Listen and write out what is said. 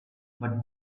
but